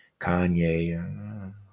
Kanye